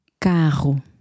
Carro